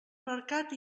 mercat